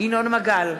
ינון מגל,